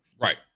Right